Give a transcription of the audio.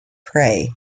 prey